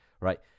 Right